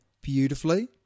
beautifully